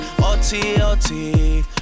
O-T-O-T